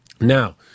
Now